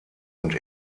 und